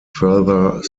further